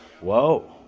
whoa